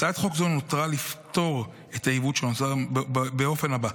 הצעת חוק זו נועדה לפתור את העיוות שנוצר באופן הבא: